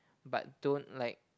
but don't like